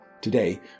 Today